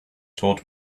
taught